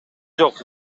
жок